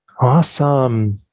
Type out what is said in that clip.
Awesome